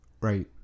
Right